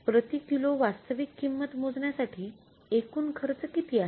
प्रति किलो वास्तविक किंमत मोजण्या साठी एकूण खर्च किती आहे